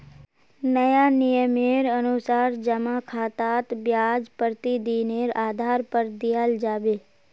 नया नियमेर अनुसार जमा खातात ब्याज प्रतिदिनेर आधार पर दियाल जाबे